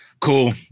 cool